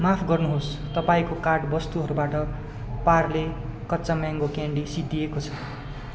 माफ गर्नु होस् तपाईँको कार्ट वस्तुहरूबाट पार्ले कच्चा म्याङ्गो क्यान्डी सिद्धिएको छ